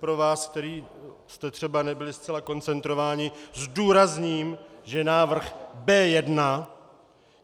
Pro vás, který jste třeba nebyli zcela koncentrováni, zdůrazním, že návrh B1